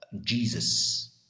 Jesus